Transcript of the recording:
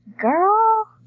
Girl